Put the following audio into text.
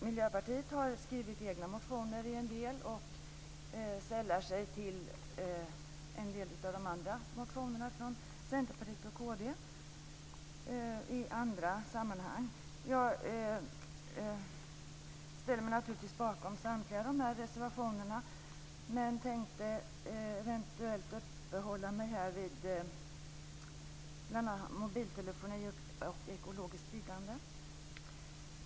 Miljöpartiet har skrivit egna motioner i en del frågor och sällar sig till en del av förslagen i andra motioner från Centerpartiet och Kristdemokraterna. Jag ställer mig naturligtvis bakom samtliga dessa reservationer, men tänker uppehålla mig här vid mobiltelefoni och ekologiskt byggande.